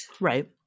Right